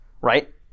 right